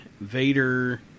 Vader